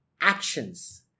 actions